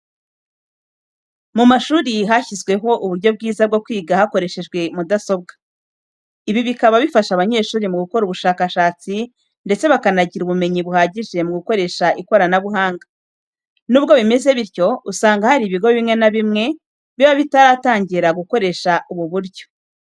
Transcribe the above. Mu mashuri hashyizweho uburyo bwiza bwo kwiga hakoreshejwe mudasobwa. Ibi bikaba bifasha abanyeshuri mu gukora ubushakashatsi ndetse bakanagira ubumenyi buhagije mu gukoresha ikoranabuhanga. Nubwo bimeze bityo, usanga hari ibigo bimwe na bimwe biba bitaratangira gukoresha ubu buryo.